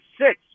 six